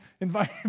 invite